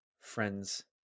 friends